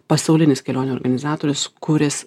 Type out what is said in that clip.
pasaulinis kelionių organizatorius kuris